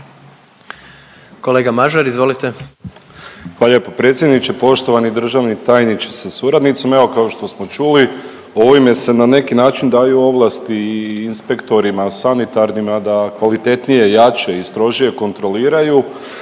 Hvala lijepo predsjedniče. Poštovani državni tajniče sa suradnicom, evo kao što smo čuli, ovime se na neki način daju ovlasti i inspektorima sanitarnima da kvalitetnije, jače i strožije kontroliraju